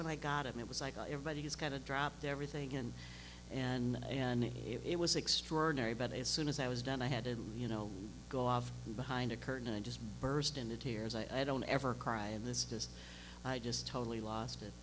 when i got it it was like everybody was kind of dropped everything and and and it was extraordinary but as soon as i was done i had to you know go off behind a curtain and i just burst into tears i don't ever cry in this just i just totally lost it